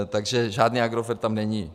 Takže žádný Agrofert tam není.